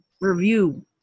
review